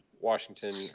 Washington